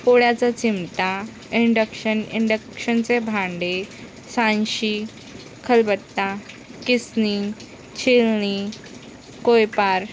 पोळ्याचा चिमटा इंडक्शन इंडक्शनचे भांडे सांडशी खलबत्ता किसनी छिलनी कोयपार